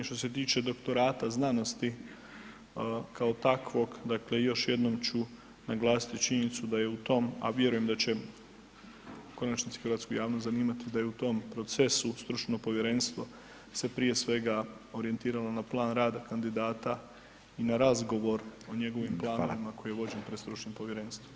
Što se tiče doktorata znanosti kao takvog, dakle još jednom ću naglasiti činjenicu da je u tom, a vjerujem da će u konačnici hrvatsku javnost zanimati da je u tom procesu stručno povjerenstvo se prije svega orijentiralo na plan rada kandidata i na razgovor o njegovim planovima koji je vođen pred stručnim povjerenstvom.